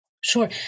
sure